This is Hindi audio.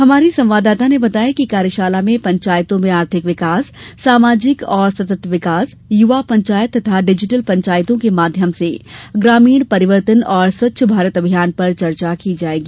हमार्री संवाददाता ने बताया कि कार्यशाला में पंचायतों में आर्थिक विकास सामाजिक और सतत विकास युवा पंचायत तथा डिजिटल पंचायतों के माध्यम से ग्रामीण परिवर्तन और स्वच्छ भारत अभियान पर चर्चा की जायेगी